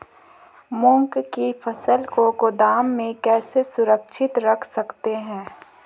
मूंग की फसल को गोदाम में कैसे सुरक्षित रख सकते हैं?